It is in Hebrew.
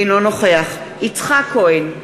אינו נוכח יצחק כהן,